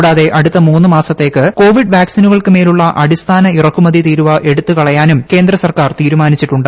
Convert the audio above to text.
കൂടാതെ അടുത്ത മൂന്നു മാസത്തേക്ക് കോവിഡ് വാക്സിനുകൾക്ക്മേലുളള അടിസ്ഥാന ഇറക്കുമതി തീരുവ എടുത്തു കളയാനും കേന്ദ്ര സർക്കാർ തീരുമാനിച്ചിട്ടുണ്ട്